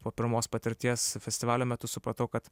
po pirmos patirties festivalio metu supratau kad